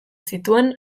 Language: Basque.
zituen